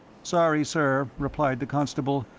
sorry, sir, replied the constable,